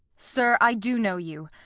sir, i do know you,